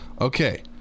Okay